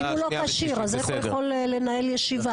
אם הוא לא כשיר, איך הוא יכול לנהל ישיבה?